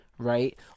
Right